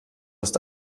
ist